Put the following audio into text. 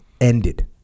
ended